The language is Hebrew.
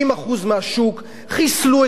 חיסלו את החנויות העצמאיות,